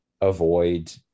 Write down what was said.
avoid